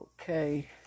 Okay